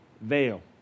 veil